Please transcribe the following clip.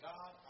God